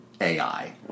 AI